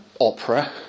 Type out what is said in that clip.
opera